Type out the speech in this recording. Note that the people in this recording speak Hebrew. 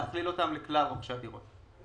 להכליל אותם לכלל רוכשי הדירות.